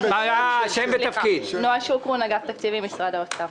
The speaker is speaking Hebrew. משרד האוצר.